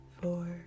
four